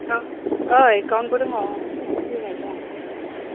औ एकाउन्टबो दङ एकाउन्ट खुलिनायबो दङ